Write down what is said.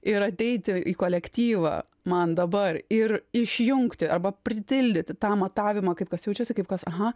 ir ateiti į kolektyvą man dabar ir išjungti arba pritildyti tą matavimą kaip kas jaučiasi kaip kas aha